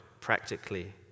practically